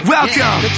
Welcome